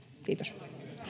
kiitos